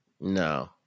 No